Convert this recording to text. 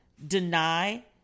deny